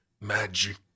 magic